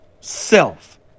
self